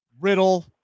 Riddle